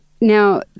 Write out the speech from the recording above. Now